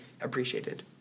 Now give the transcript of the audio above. appreciated